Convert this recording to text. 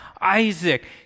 Isaac